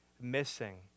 missing